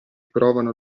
provano